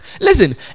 Listen